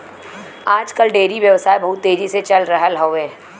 आज कल डेयरी व्यवसाय बहुत तेजी से चल रहल हौवे